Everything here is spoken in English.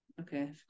okay